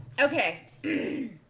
Okay